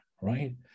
right